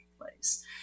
place